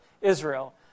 Israel